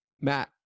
Matt